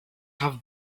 have